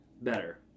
better